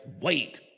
wait